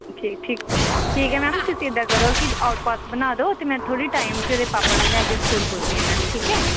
ਠੀ ਠੀਕ ਠੀਕ ਹੈ ਮੈਮ ਤੁਸੀਂ ਇੱਦਾਂ ਕਰੋ ਕੀ ਔਟ ਪਾਸ ਬਣਾ ਦਿਓ ਅਤੇ ਮੈਂ ਥੋੜ੍ਹੀ ਟਾਈਮ 'ਚ ਇਹਦੇ ਪਾਪਾ ਨੂੰ ਲੈ ਕੇ ਸਕੂਲ ਪੁੱਜਦੀ ਹਾਂ ਮੈਮ ਠੀਕ ਹੈ